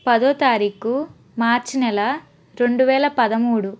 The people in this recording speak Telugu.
పదో తారీఖు మార్చ్ నెల రెండు వేల పదమూడు